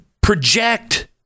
project